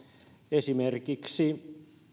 esimerkiksi